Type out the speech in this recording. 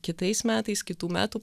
kitais metais kitų metų